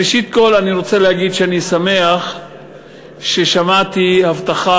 ראשית כול אני רוצה להגיד שאני שמח ששמעתי הבטחה